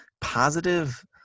positive